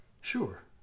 Sure